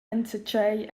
enzatgei